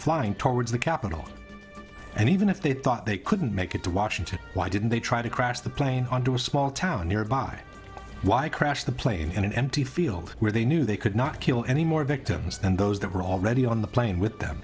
flying towards the capitol and even if they thought they couldn't make it to washington why didn't they try to crash the plane on to a small town nearby why crash the plane in an empty field where they knew they could not kill any more victims than those that were already on the plane with them